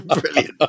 brilliant